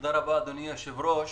תודה רבה, אדוני היושב-ראש.